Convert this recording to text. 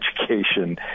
education